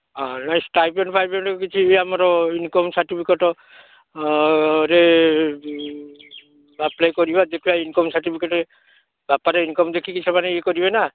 ନାଇଁ ସ୍ଟାଇପେଣ୍ଡ୍ ଫାଇପେଣ୍ଡ୍ରେ କିଛି ଆମର ଇନ୍କମ୍ ସାର୍ଟିଫିକେ୍ଟ ରେ ଅପ୍ଲାଏ କରିବା ଦେଖିବା ଇନ୍କମ୍ ସାର୍ଟିଫିକେ୍ଟ ବାପାର ଇନ୍କମ୍ ଦେଖିକି ସେମାନେ ଇଏ କରିବେ ନା